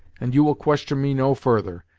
and you will question me no further.